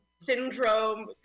Syndrome